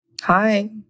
Hi